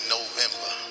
November